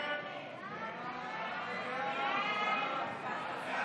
הצעת סיעות